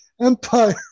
empire